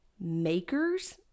makers